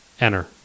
enter